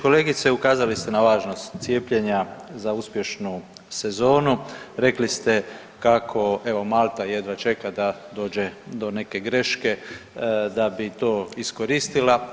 Kolegice, ukazali ste na važnost cijepljenja za uspješnu sezonu, rekli ste kako evo Malta jedva čeka da dođe do neke greške da bi to iskoristila.